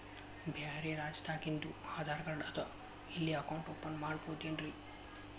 ಬ್ಯಾರೆ ರಾಜ್ಯಾದಾಗಿಂದು ಆಧಾರ್ ಕಾರ್ಡ್ ಅದಾ ಇಲ್ಲಿ ಅಕೌಂಟ್ ಓಪನ್ ಮಾಡಬೋದೇನ್ರಿ?